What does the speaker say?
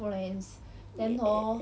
ya